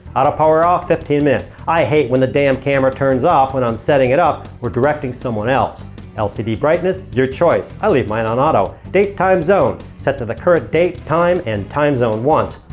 auto power off. fifteen minutes. i hate when the damn camera turns off when i'm setting it up or directing someone. lcd brightness. your choice. i leave mine on auto. date time zone. set to the current date, time, and time zone once.